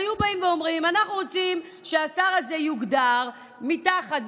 היו באים ואומרים: אנחנו רוצים שהשר הזה יוגדר מתחת,